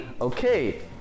Okay